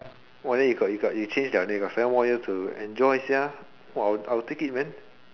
!wah! then you got you got you change [liao] then you got seven more years to enjoy sia !wah! I would I would take it man